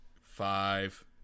Five